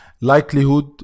likelihood